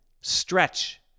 stretch